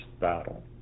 Battle